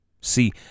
See